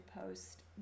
post